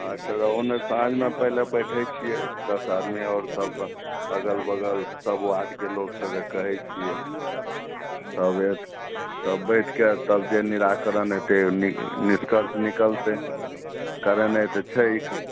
अच्छा तऽ रहू ने साँझमे पहिले बैठै छियै दस आदमी आओर सब अगल बगल सब वार्डके लोग सबके कहै छियै तब एक सब बैठके तब जे निराकरण हेतै निष्कर्ष निकलतै करेनाइ तऽ छै ई काम